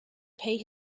pay